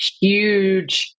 huge